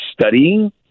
studying